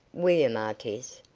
william artis,